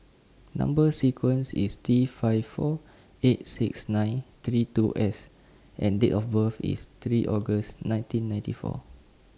Number sequence IS T five four eight six nine three two S and Date of birth IS three August nineteen ninety four